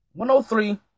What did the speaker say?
103